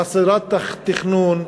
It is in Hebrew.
חסרת תכנון,